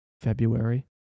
February